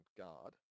guard